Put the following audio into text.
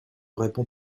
répond